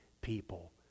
people